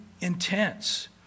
intense